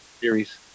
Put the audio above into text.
series